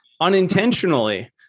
unintentionally